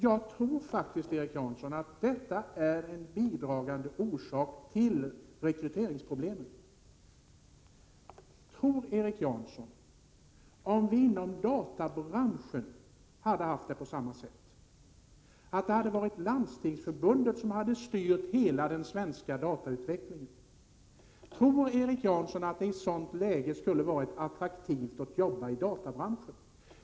Jag tror, Erik Janson, att detta är en bidragande orsak till rekryteringsproblemen. Om vi inom databranschen hade haft det ordnat på samma sätt, dvs. att Landstingsförbundet hade styrt hela den svenska datautvecklingen, tror Erik Janson att det i ett sådant läge hade varit attraktivt att arbeta i databranschen?